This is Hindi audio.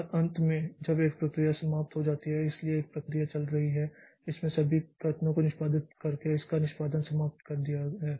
और अंत में जब एक प्रक्रिया समाप्त हो जाती है इसलिए एक प्रक्रिया चल रही है और इसने सभी कथनों को निष्पादित करके इसका निष्पादन समाप्त कर दिया है